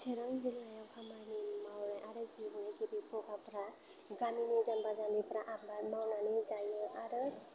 चिरां जिल्लायाव खामानि मावनाय आरो जिउनि गिबि फुंखाफ्रा गामिनि जामबा जामबिफ्रा आबाद मावनानै जायो आरो